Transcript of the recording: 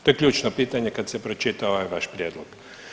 To je ključno pitanje kad se pročita ovaj vaš prijedlog.